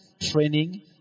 training